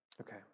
Okay